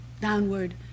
downward